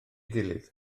gilydd